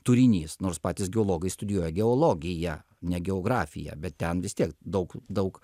turinys nors patys geologai studijuoja geologiją ne geografiją bet ten vis tiek daug daug